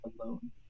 alone